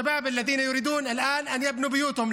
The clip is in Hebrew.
הצעירים שכעת רוצים לבנות את בתיהם